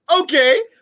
okay